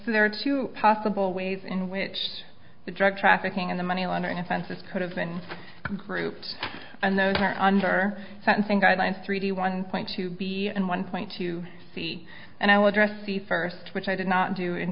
so there are two possible ways in which the drug trafficking and the money laundering offenses could have been grouped and those are under sentencing guidelines three d one point two b n one point two c and i'll address the first which i did not do in